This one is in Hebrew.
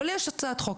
אבל יש הצעת חוק.